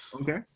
Okay